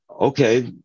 Okay